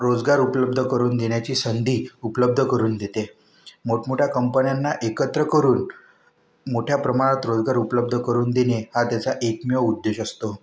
रोजगार उपलब्ध करून देण्याची संधी उपलब्ध करून देते मोठमोठ्या कंपन्यांना एकत्र करून मोठ्या प्रमाणात रोजगार उपलब्ध करून देणे हा त्याचा एकमेव उद्देश असतो